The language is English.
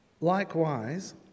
Likewise